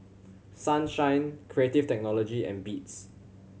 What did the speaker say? Sunshine Creative Technology and Beats